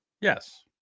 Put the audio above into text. Yes